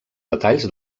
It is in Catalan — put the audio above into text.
detalls